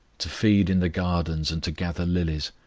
to feed in the gardens, and to gather lilies.